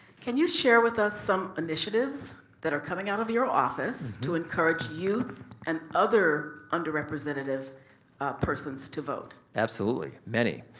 can you share with us some initiatives that are coming out of your office to encourage youth and other under representative persons to vote? absolutely, many.